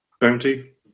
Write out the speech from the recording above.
bounty